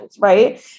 right